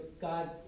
God